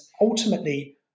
ultimately